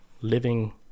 Living